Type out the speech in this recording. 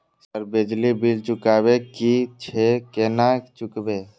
Sir बिजली bill चुकाबे की छे केना चुकेबे?